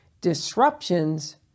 disruptions